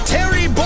Terry